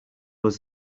was